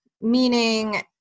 meaning